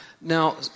Now